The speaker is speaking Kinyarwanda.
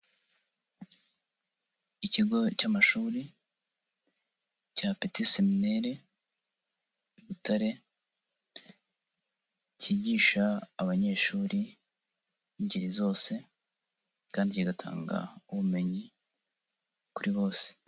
Ikigo cy'amashuri cya Peti Seminere Butare kigisha abanyeshuri b'ingeri zose kandi kigatanga ubumenyi kuri bose.